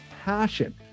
passion